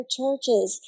churches